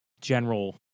general